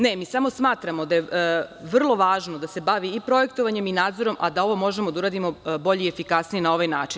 Ne, mi samo smatramo da je vrlo važno da se bavi i projektovanjem i nadzorom, a da ovo možemo da uradimo bolje i efikasnije na ovaj način.